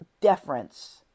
deference